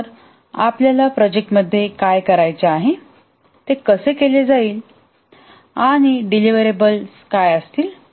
तर आपल्याला प्रोजेक्ट मध्ये काय करायचे आहे ते कसे केले जाईल आणि डिलिव्हरेबल काय असेल